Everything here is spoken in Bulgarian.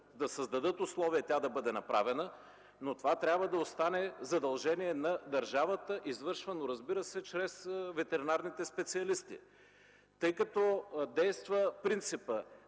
да създадат условия тя да бъде направена, но това трябва да остане задължение на държавата, извършвано, разбира се, чрез ветеринарните специалисти, тъй като действа принципът